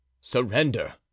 Surrender